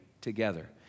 together